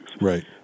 Right